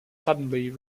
suddenly